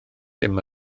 dim